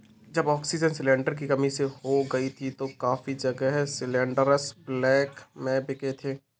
जब oxygen cylinder की कमी हो गई थी तो काफी जगह सिलेंडरस ब्लैक में बिके थे